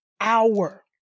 hour